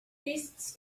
beasts